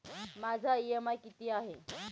माझा इ.एम.आय किती आहे?